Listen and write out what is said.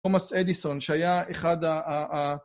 טומס אדיסון שהיה אחד ה...